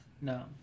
No